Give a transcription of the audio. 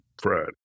Fred